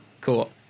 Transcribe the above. cool